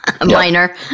minor